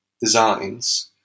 designs